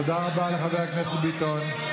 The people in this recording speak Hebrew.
תודה רבה לחבר הכנסת ביטון.